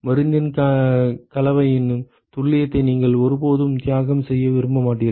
மருந்தின் கலவையின் துல்லியத்தை நீங்கள் ஒருபோதும் தியாகம் செய்ய விரும்ப மாட்டீர்கள்